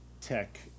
tech